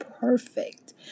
perfect